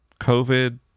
COVID